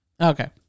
Okay